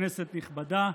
כנסת נכבדה,